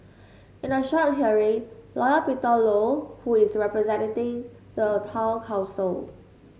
in a short hearing lawyer Peter Low who is representing the town council